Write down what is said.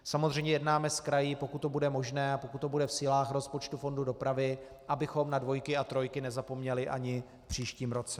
Samozřejmě jednáme s kraji, pokud to bude možné a pokud to bude v silách rozpočtu fondu dopravy, abychom na dvojky a trojky nezapomněli ani v příštím roce.